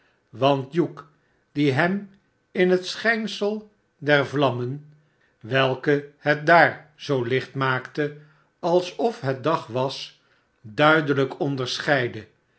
want hugh die hem in het schijnsel dervlammen welke het daar zoo licht maakte alsof het dag was dmdehjk onderscheidde